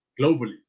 globally